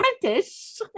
British